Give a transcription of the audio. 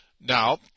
Now